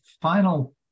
final